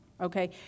okay